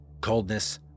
coldness